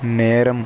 நேரம்